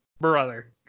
brother